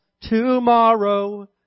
tomorrow